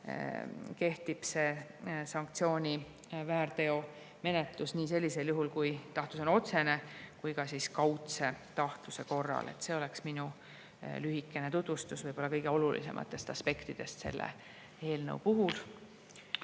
seda sanktsiooniväärteona nii sellisel juhul, kui tahtlus on otsene, kui ka kaudse tahtluse korral. See oleks minu lühike tutvustus võib-olla kõige olulisematest aspektidest selle eelnõu puhul.